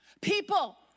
people